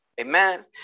Amen